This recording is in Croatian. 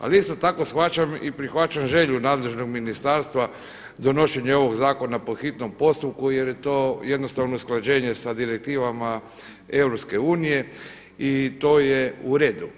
Ali isto tako shvaćam i prihvaćam želju nadležnog ministarstva donošenje ovog zakona po hitnom postupku jer je to jednostavno usklađenje sa direktivama EU i to je uredu.